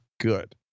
good